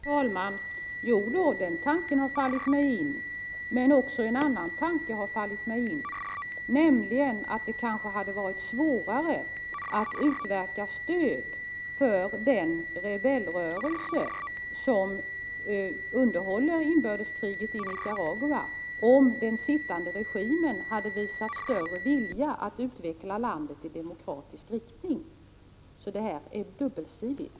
Herr talman! Jo, den tanken har fallit mig in. Men också en annan tanke har fallit mig in, nämligen att det kanske hade varit svårare att utverka stöd för den rebellrörelse som underhåller inbördeskriget i Nicaragua, om den sittande regimen hade visat större vilja att utveckla landet i demokratisk riktning. Problemet är alltså dubbelsidigt.